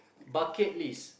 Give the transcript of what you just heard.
bucket list